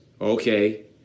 Okay